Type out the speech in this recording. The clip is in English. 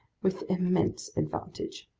with immense advantage.